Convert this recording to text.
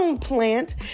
plant